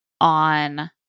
on